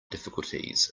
difficulties